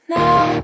now